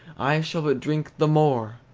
i shall but drink the more!